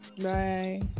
bye